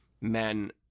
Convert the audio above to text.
men